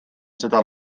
seda